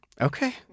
Okay